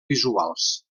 visuals